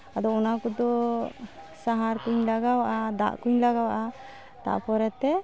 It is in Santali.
ᱟᱫᱚ ᱚᱱᱟ ᱠᱚᱫᱚ ᱥᱟᱦᱟᱨ ᱠᱚᱧ ᱞᱟᱜᱟᱣᱟᱜᱼᱟ ᱫᱟᱜ ᱠᱚᱧ ᱞᱟᱜᱟᱣᱟᱜᱼᱟ ᱛᱟᱨᱯᱚᱨᱮ ᱛᱮ